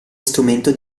strumento